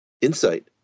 insight